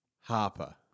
Harper